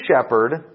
shepherd